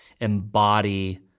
embody